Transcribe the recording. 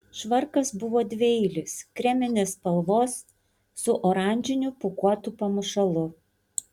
švarkas buvo dvieilis kreminės spalvos su oranžiniu pūkuotu pamušalu